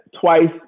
twice